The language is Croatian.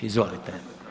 Izvolite.